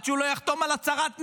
עד שהוא לא יחתום על הצהרת נאמנות.